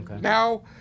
now